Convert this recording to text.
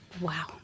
Wow